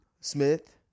Smith